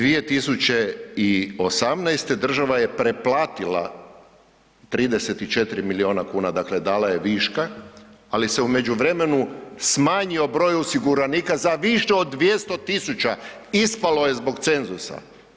2018. država je preplatila 34 milijuna kuna, dakle dala je viška, ali se u međuvremenu smanjio broj osiguranika za više od 200 tisuća, ispalo je zbog cenzusa.